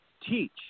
Teach